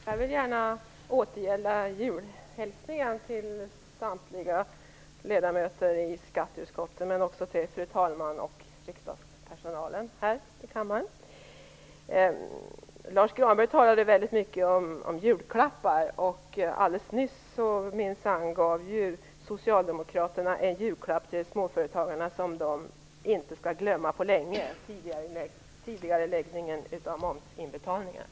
Fru talman! Jag vill gärna upprepa julhälsningen till samtliga ledamöter i skatteutskottet men också till fru talmannen och riksdagspersonalen här i kammaren. Lars U Granberg talade väldigt mycket om julklappar. Alldeles nyss gav ju socialdemokraterna en julklapp till småföretagarna som de inte skall glömma på länge, nämligen tidigareläggningen av momsinbetalningarna.